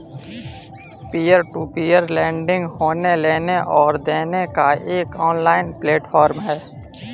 peer to peer lending loan लेने और देने का एक ऑनलाइन प्लेटफ़ॉर्म है